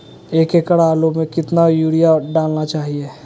एक एकड़ आलु में कितना युरिया डालना चाहिए?